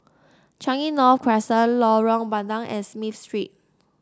Changi North Crescent Lorong Bandang and Smith Street